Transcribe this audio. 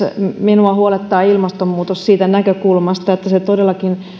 minua huolettaa ilmastonmuutos siitä näkökulmasta että se todellakin